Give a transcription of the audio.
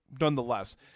nonetheless